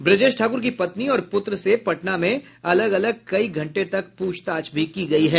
ब्रजेश ठाकुर की पत्नी और पुत्र से पटना में अलग अलग कई घंटे तक पूछताछ भी की गयी है